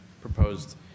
proposed